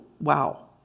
Wow